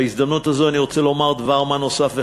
בהזדמנות הזאת אני רוצה לומר דבר מה חשוב נוסף.